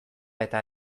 eta